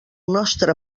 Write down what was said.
nostre